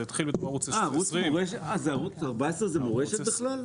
אבל ערוץ 14 התחיל כערוץ 20. ערוץ 14 זה מורשת בכלל?